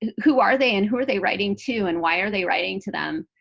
who are they and who are they writing to and why are they writing to them,